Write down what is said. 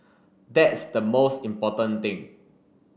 that's the most important thing